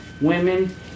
women